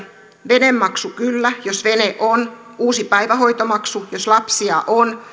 venemaksu kyllä jos vene on uusi päivähoitomaksu jos lapsia on